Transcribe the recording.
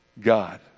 God